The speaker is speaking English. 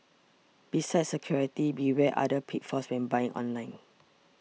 besides security beware other pitfalls when buying online